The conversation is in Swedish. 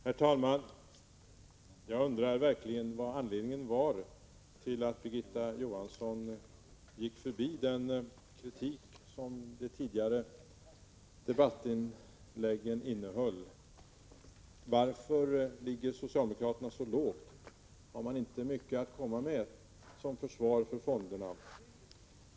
Herr talman! Jag undrar verkligen vad som var anledningen till att Birgitta Johansson gick förbi den kritik som de tidigare debattinläggen innehöll. Varför ligger socialdemokraterna så lågt? Har man inte mycket att komma med som försvar för fonderna?